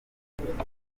umunyu